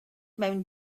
mewn